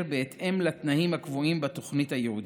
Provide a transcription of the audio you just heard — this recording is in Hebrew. בהתאם לתנאים הקבועים בתוכנית הייעודית.